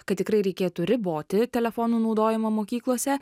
kad tikrai reikėtų riboti telefonų naudojimą mokyklose